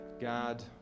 God